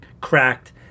cracked